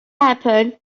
happen